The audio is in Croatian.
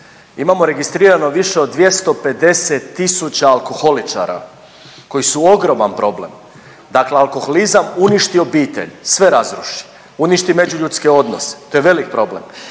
Imamo registrirano više od 250 tisuća alkoholičara koji su ogroman problem, dakle alkoholizam uništi obitelj, sve razruši, uništi međuljudske odnose, to je velik problem.